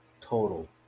total